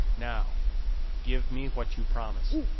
now give me what you promised.